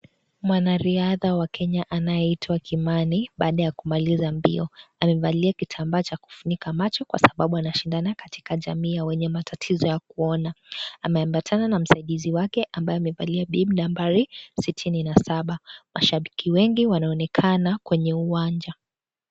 Mwanariadha wa Kenya anayeitwa Kimani, baada ya kumaliza mbio, amevalia kitambaa cha kufunika macho kwa sababu, anashindana kwenye jamii ya wenye matatizo ya kuona, ameambatana na msaidizi wake, ambaye amevalia (cs)bim(cs),nambari sitini na saba, mashabiki wengi wanaonekana kwenye uwanja.